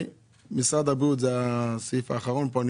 משרד הבריאות זה הסעיף האחרון כאן.